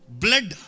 blood